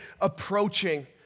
approaching